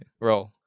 roll